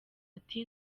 ati